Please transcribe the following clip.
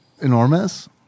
enormous